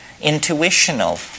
intuitional